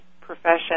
profession